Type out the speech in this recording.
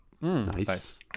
nice